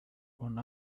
one